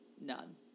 None